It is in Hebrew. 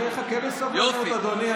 אני אחכה בסבלנות, אדוני.